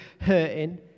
hurting